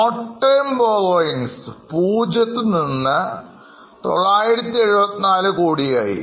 short term borrowing പൂജ്യത്തിൽ നിന്ന് 974 crore ആയി